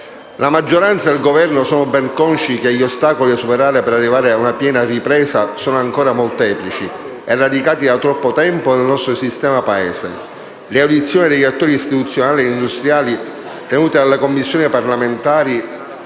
La maggioranza e il Governo sono ben consci che gli ostacoli da superare per arrivare ad una piena ripresa sono ancora molteplici e radicati da troppo tempo nel nostro sistema Paese. Le audizioni degli attori istituzionali e industriali tenute dalle Commissioni parlamentari